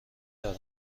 دارم